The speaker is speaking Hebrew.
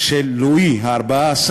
של לואי ה-14,